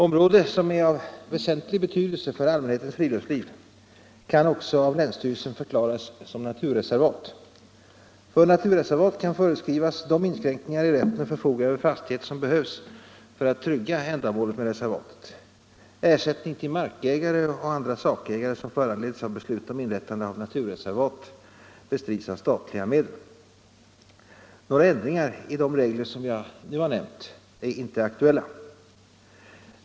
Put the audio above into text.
Område, som är av väsentlig betydelse för allmänhetens friluftsliv, kan också av länsstyrelsen förklaras som naturreservat. För naturreservat kan föreskrivas de inskränkningar i rätt att förfoga över fastighet som behövs för att trygga ändamålet med reservatet. Ersättning till markägare och andra sakägare som föranleds av beslut om inrättande av naturreservat bestrids av statliga medel. Några ändringar i de regler jag nu har nämnt är inte aktuella.